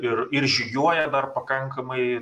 ir ir žygiuoja dar pakankamai